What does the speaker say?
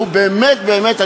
הוא באמת באמת,